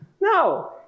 No